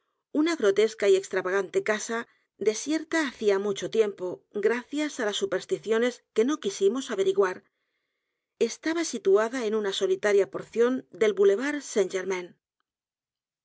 una grotesca y extravagante casa desierta hacía mucho tiempo gracias á supersticiones que no quisimos averiguar estaba situada en una solitaria porción del boulevard